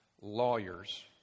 lawyers